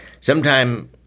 sometime